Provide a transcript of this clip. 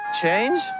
Change